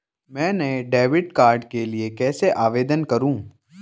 मैं नए debit card के लिए कैसे आवेदन करूं?